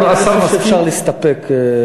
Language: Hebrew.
אני חושב שאפשר להסתפק.